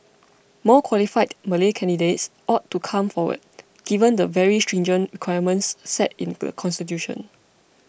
more qualified Malay candidates ought to come forward given the very stringent requirements set in the constitution